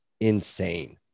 insane